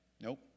nope